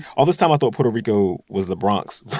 all this time, i thought puerto rico was the bronx,